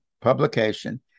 publication